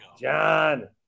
John